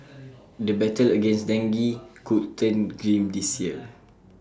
the battle against dengue could turn grim this year